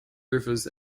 rivers